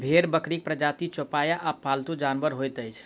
भेंड़ बकरीक प्रजातिक चौपाया आ पालतू जानवर होइत अछि